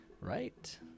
right